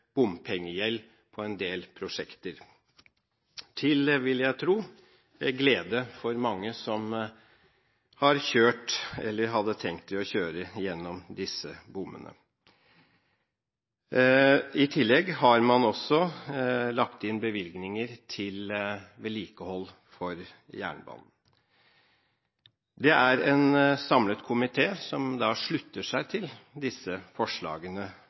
bompengegjeld på en del prosjekter, til glede for mange som har tenkt å kjøre gjennom disse bommene, vil jeg tro. I tillegg har man også lagt inn bevilgninger til vedlikehold av jernbanen. Det er en samlet komité som slutter seg til disse forslagene